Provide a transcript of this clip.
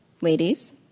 ladies